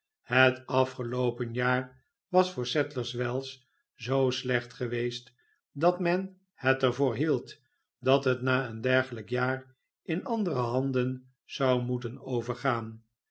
voor sadlers wells zoo slecht geweest dat men het er voor hield dat het na een dergelijk jaar in andere handen zou moeten overgaan